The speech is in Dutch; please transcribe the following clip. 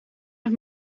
met